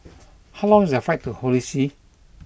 how long is that flight to Holy See